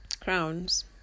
crowns